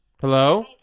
Hello